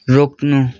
रोक्नु